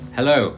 Hello